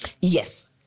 Yes